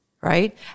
right